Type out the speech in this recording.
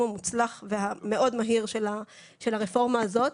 המוצלח והמאוד מהיר של הרפורמה הזאת.